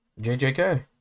JJK